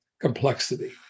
complexity